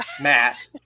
Matt